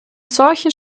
solchen